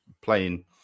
playing